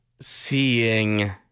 seeing